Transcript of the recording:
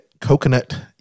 coconut